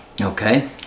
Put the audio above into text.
Okay